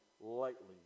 lightly